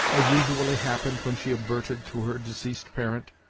as usually happened when she adverted to her deceased parent.